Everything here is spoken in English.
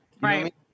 right